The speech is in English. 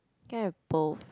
can I have both